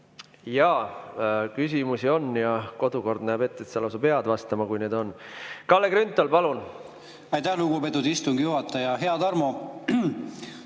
Jaa, küsimusi on. Kodukord näeb ette, et sa lausa pead vastama, kui neid on. Kalle Grünthal, palun! Aitäh, lugupeetud istungi juhataja! Hea Tarmo!